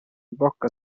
bocca